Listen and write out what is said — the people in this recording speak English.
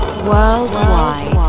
Worldwide